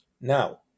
Now